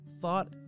thought